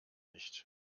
nicht